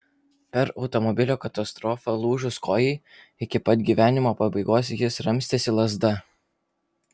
per automobilio katastrofą lūžus kojai iki pat gyvenimo pabaigos jis ramstėsi lazda